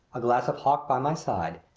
a glass of hock by my side,